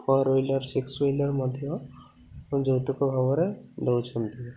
four wheeler six wheeler ମଧ୍ୟ ଯୌତୁକ ଭାବରେ ଦେଉଛନ୍ତି